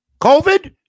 COVID